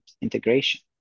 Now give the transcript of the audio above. integration